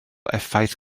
effaith